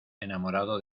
enamorado